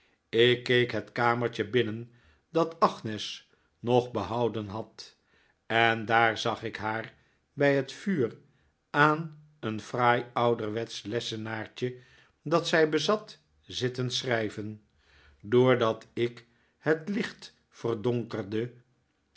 ik keek het kamertje binnen dat agnes nog behouden had en daar zag ik haar bij het vuur aan een fraai ouderwetsch lessenaartje dat zij bezat zitten schrijven doordat ik het licht